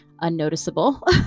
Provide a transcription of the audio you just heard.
unnoticeable